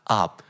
up